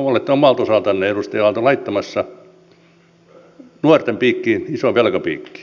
olette omalta osaltanne edustaja aalto laittamassa nuorten piikkiin isoa velkapiikkiä